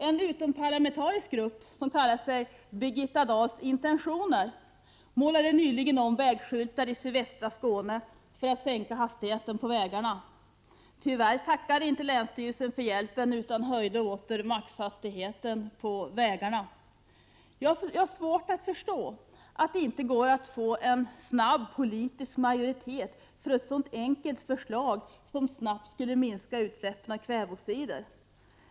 En utomparlamentarisk grupp, som kallar sig Birgitta Dahls intentioner, målade nyligen om vägskyltar i sydvästra Skåne för att sänka maxhastigheten på vägarna. Tyvärr tackade inte länsstyrelsen för hjälpen utan höjde åter maxhastigheten på vägarna. Vi har svårt att förstå att det inte går att få en snabb politisk majoritet för ett så enkelt förslag, som snabbt skulle minska utsläppen av kväveoxider.